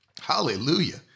Hallelujah